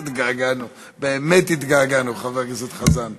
אז חבל שלא הסברת